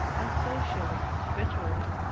unsocially, bitterly.